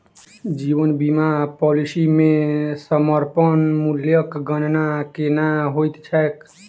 जीवन बीमा पॉलिसी मे समर्पण मूल्यक गणना केना होइत छैक?